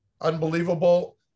unbelievable